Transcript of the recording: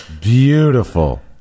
beautiful